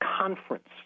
conference